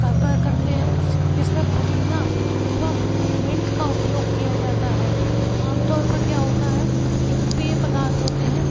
घर पर करते हें जिसमें पुदीना एवम् मिंट का उपयोग किया जाता है आमतौर पर क्या होता है कि जो पेय पदार्थ होते हैं